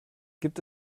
gibt